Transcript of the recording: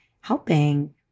helping